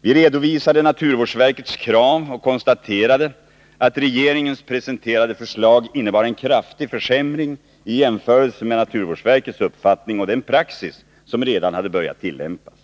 Vi redovisade naturvårdsverkets krav och konstaterade att regeringens presenterade förslag innebar en kraftig försämring i jämförelse med naturvårdsverkets uppfattning och den praxis som redan hade börjat tillämpas.